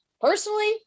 personally